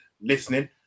listening